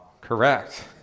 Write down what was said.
Correct